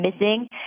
missing